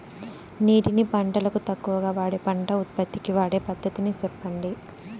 నీటిని పంటలకు తక్కువగా వాడే పంట ఉత్పత్తికి వాడే పద్ధతిని సెప్పండి?